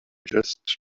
just